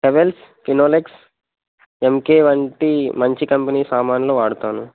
Havells Kinolex M K వంటి మంచి company సామాన్లు వాడతాను